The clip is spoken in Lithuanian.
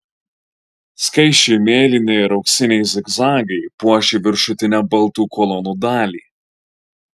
skaisčiai mėlyni ir auksiniai zigzagai puošė viršutinę baltų kolonų dalį